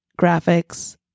graphics